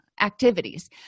activities